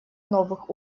новых